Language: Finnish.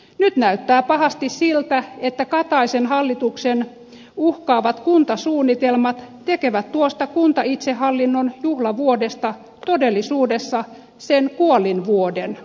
nyt näyttää pahasti siltä että kataisen hallituksen uhkaavat kuntasuunnitelmat tekevät tuosta kuntaitsehallinnon juhlavuodesta todellisuudessa sen kuolinvuoden